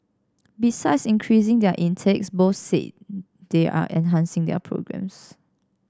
besides increasing their intakes both said they are enhancing their programmes